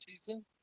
season